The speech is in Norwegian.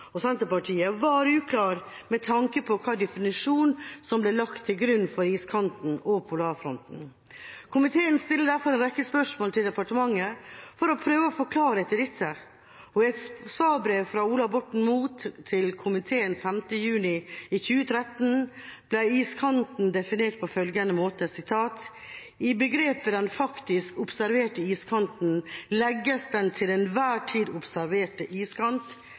og Senterpartiet, var uklar med tanke på hvilken definisjon som ble lagt til grunn for iskanten og polarfronten. Komiteen stilte derfor en rekke spørsmål til departementet for å prøve å få klarhet i dette, og i et svarbrev fra Ola Borten Moe til komiteen den 5. juni 2013 ble iskanten definert på følgende måte: «I begrepet den faktiske/observerte iskanten legges den til enhver tid observerte iskant.